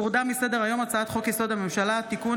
הורדה מסדר-היום הצעת חוק-יסוד: הממשלה (תיקון,